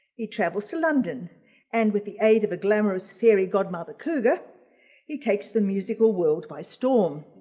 he travels to london and with the aid of a glamorous fairy godmother kouga he takes the musical world by storm.